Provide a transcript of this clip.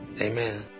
Amen